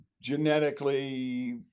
genetically